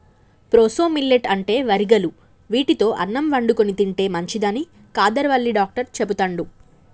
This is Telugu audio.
ప్రోసో మిల్లెట్ అంటే వరిగలు వీటితో అన్నం వండుకొని తింటే మంచిదని కాదర్ వల్లి డాక్టర్ చెపుతండు